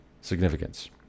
significance